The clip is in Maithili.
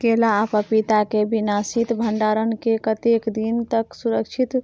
केला आ पपीता के बिना शीत भंडारण के कतेक दिन तक सुरक्षित